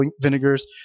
vinegars